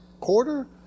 quarter